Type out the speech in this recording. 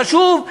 חשוב,